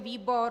Výbor